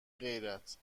غیرت